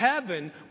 Heaven